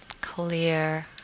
clear